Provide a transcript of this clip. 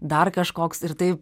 dar kažkoks ir tai